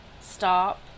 Stop